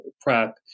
PrEP